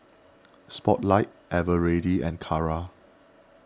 Spotlight Eveready and Kara